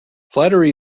flattery